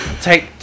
take